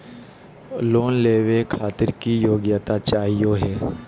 Loan लेवे खातीर की योग्यता चाहियो हे?